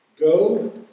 go